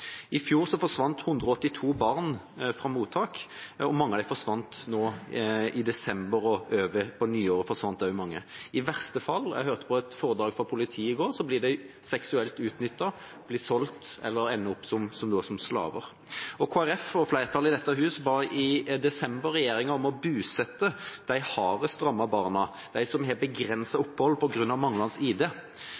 I fjor forsvant 182 barn fra mottak. Mange av dem forsvant i desember, og på nyåret forsvant også mange. I verste fall, hørte jeg på et foredrag av politiet i går, blir de seksuelt utnyttet, solgt eller ender opp som slaver. Kristelig Folkeparti og flertallet i dette hus ba i desember regjeringa om å bosette de hardest rammede barna, de som har